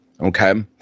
Okay